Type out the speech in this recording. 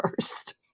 first